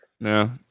no